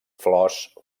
flors